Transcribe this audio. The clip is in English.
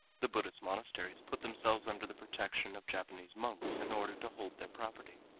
the buddhist monasteries put themselves under the protection of japanese monks in order to hold their property.